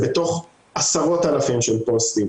אנחנו MoodKnight ונשמח לשתף פעולה עם